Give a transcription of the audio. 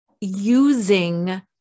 using